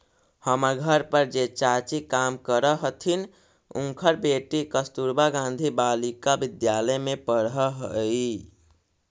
हमर घर पर जे चाची काम करऽ हथिन, उनकर बेटी कस्तूरबा गांधी बालिका विद्यालय में पढ़ऽ हई